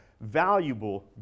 valuable